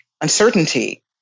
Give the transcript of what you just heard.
uncertainty